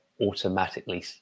automatically